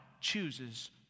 chooses